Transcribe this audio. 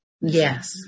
yes